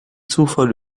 zufall